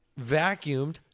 vacuumed